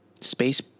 space